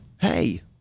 hey